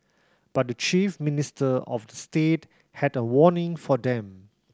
but the chief minister of the state had a warning for them